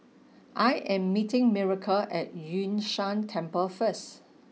I am meeting Miracle at Yun Shan Temple first